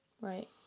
Right